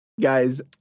Guys